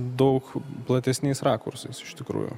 daug platesniais rakursais iš tikrųjų